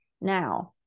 Now